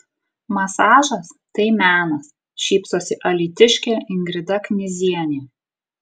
masažas tai menas šypsosi alytiškė ingrida knyzienė